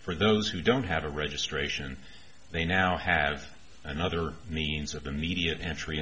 for those who don't have a registration they now have another means of the media entry